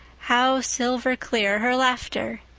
how silver-clear her laughter!